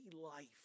life